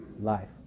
life